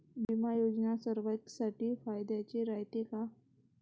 बिमा योजना सर्वाईसाठी फायद्याचं रायते का?